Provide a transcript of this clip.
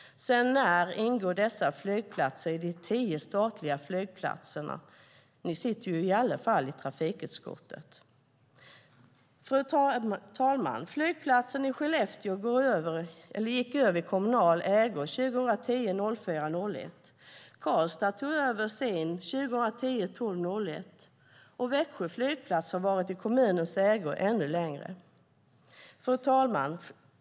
Sedan när ingår dessa flygplatser i de tio statliga flygplatserna? Ni sitter ju i alla fall i trafikutskottet? Fru talman! Flygplatsen i Skellefteå gick över i kommunal ägo den 1 april 2010. Karlstad tog över sin den 1 december 2010, och Växjö flygplats har varit i kommunens ägo ännu längre. Fru talman!